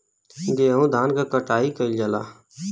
गेंहू धान क कटाई कइल जाला